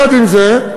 עם זה,